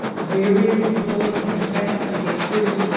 rearing and pulling, in their efforts to get free.